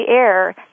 air